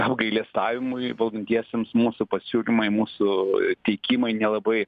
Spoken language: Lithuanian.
apgailestavimui valdantiesiems mūsų pasiūlymai mūsų teikimai nelabai